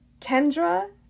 Kendra